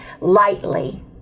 lightly